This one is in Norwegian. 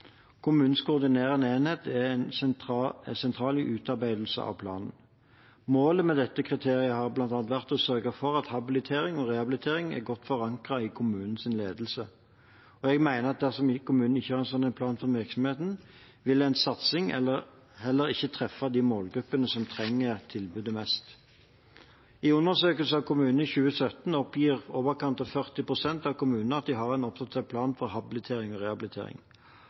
kommunens ledelse. Jeg mener at dersom kommunen ikke har en slik plan for virksomheten, vil en satsing heller ikke treffe de målgruppene som trenger tilbudet mest. I undersøkelsen av kommunene i 2017 oppgir i overkant 40 pst. av kommunene at de har en oppdatert plan for habilitering og rehabilitering.